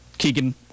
keegan